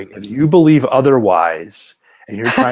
if you believe otherwise and you're